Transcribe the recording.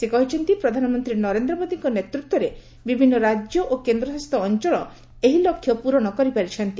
ସେ କହିଛନ୍ତି ପ୍ରଧାନମନ୍ତ୍ରୀ ନରେନ୍ଦ୍ର ମୋଦୀଙ୍କ ନେତୃତ୍ୱରେ ବିଭିନ୍ନ ରାଜ୍ୟ ଓ କେନ୍ଦ୍ରଶାସିତ ଅଞ୍ଚଳ ଏହି ଲକ୍ଷ୍ୟ ପ୍ରରଣ କରିପାରିଛନ୍ତି